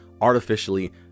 artificially